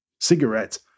Cigarettes